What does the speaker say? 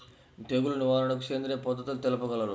తెగులు నివారణకు సేంద్రియ పద్ధతులు తెలుపగలరు?